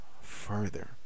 further